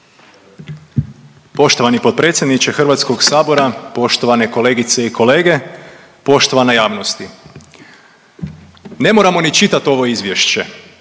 Poštovani potpredsjedniče HS-a, poštovane kolegice i kolege, poštovana javnosti. Ne moramo ni čitati ovo Izvješće,